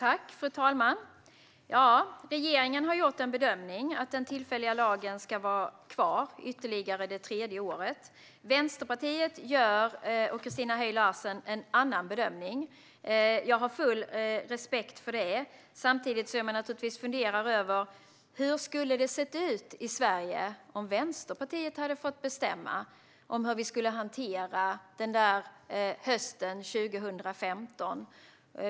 Fru talman! Regeringen har gjort bedömningen att den tillfälliga lagen ska vara kvar det tredje året. Vänsterpartiet med Christina Höj Larsen gör en annan bedömning. Jag har full respekt för det, samtidigt som jag naturligtvis funderar över hur det skulle ha sett ut i Sverige om Vänsterpartiet hade fått bestämma om hur vi skulle hantera den där hösten 2015.